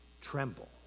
Tremble